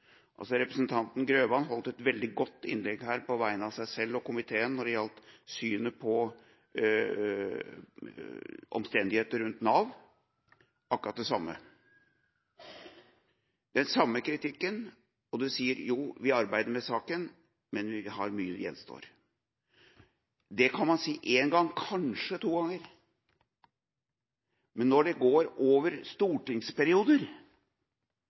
Representanten Grøvan holdt et veldig godt innlegg på vegne av seg selv og komiteen når det gjaldt synet på omstendigheter rundt Nav. Det er akkurat det samme og den samme kritikken. Og man sier: Jo, vi arbeider med saken, men mye gjenstår. Det kan man si én gang, og kanskje to ganger, men når det går over stortingsperioder,